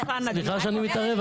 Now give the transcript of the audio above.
סליחה שאני מתערב,